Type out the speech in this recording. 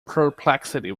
perplexity